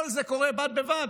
כל זה קורה בד בבד